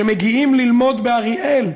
שמגיעים ללמוד באריאל,